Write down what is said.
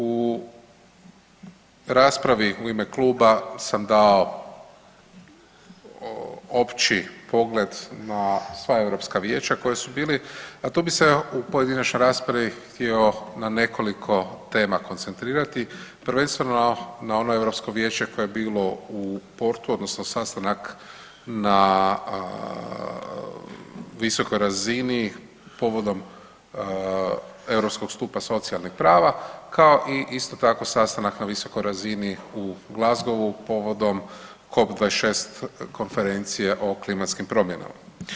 U raspravi u ime kluba sam dao opći pogled na sva europska vijeća koji su bili, a tu bi se u pojedinačnoj raspravi htio na nekoliko tema koncentrirati, prvenstveno na ono Europsko vijeće koje je bilo u Portu odnosno sastanak na visokoj razini povodom Europskog stupa socijalnih prava kao i isto tako sastanak na visokoj razini u Glasgowu povodom COP26 Konferencije o klimatskim promjenama.